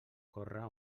córrer